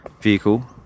vehicle